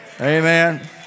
Amen